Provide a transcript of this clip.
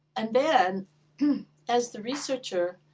and then as the researcher,